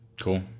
Cool